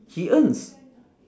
he earns